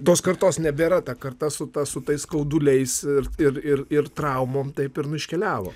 tos kartos nebėra ta karta su ta su tais skauduliais ir ir ir ir traumom taip ir nu iškeliavo